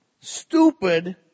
stupid